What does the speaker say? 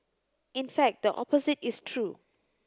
in fact the opposite is true